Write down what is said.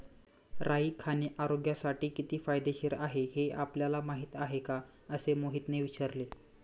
राई खाणे आरोग्यासाठी किती फायदेशीर आहे हे आपल्याला माहिती आहे का? असे मोहितने विचारले